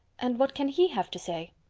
and what can he have to say?